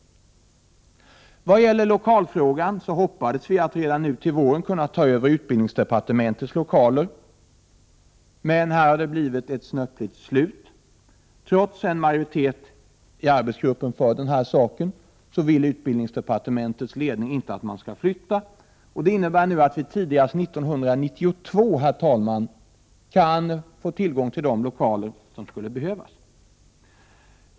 Vad gäller lokalfrågan hoppades vi att redan till våren kunna ta över utbildningsdepartementets lokaler, men här har det blivit ett snöpligt slut. Trots en majoritet för förslaget i arbetsgruppen vill utbildningsdepartementets ledning inte att departementet skall flytta, och det innebär att vi tidigast 1992 kan få tillgång till de lokaler som skulle behövas.